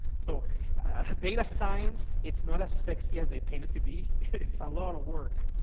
so data science, it's not as sexy as they paint it to be. it's a lot of work.